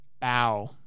Bow